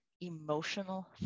emotional